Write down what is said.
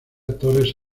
torres